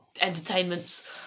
Entertainments